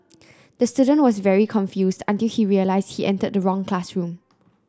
the student was very confused until he realised he entered the wrong classroom